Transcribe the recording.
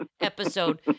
episode